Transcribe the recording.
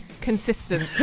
consistent